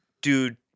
dude